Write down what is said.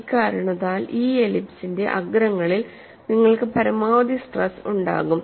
ഇക്കാരണത്താൽ ഈ എലിപ്സിന്റെ അഗ്രങ്ങളിൽ നിങ്ങൾക്ക് പരമാവധി സ്ട്രെസ് ഉണ്ടാകും